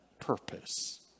purpose